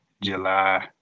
July